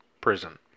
Prison